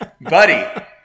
Buddy